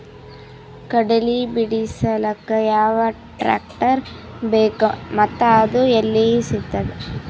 ಕಡಲಿ ಬಿಡಿಸಲಕ ಯಾವ ಟ್ರಾಕ್ಟರ್ ಬೇಕ ಮತ್ತ ಅದು ಯಲ್ಲಿ ಸಿಗತದ?